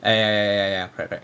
eh ya ya correct correct